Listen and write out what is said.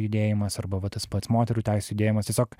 judėjimas arba va tas pats moterų teisių judėjimas tiesiog